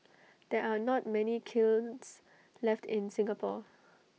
there are not many kilns left in Singapore